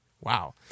Wow